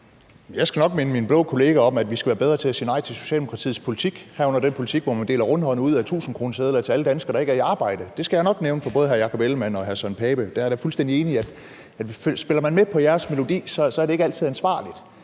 Jeg skal nok minde mine blå kolleger om, at vi skal være bedre til at sige nej til Socialdemokratiets politik, herunder den politik, hvor man deler rundhåndet ud af tusindkronesedler til alle danskere, der ikke er i arbejde. Det skal jeg nok nævne for både hr. Jakob Ellemann-Jensen og hr. Søren Pape Poulsen. Spiller man med på jeres melodi, er det ikke altid ansvarligt.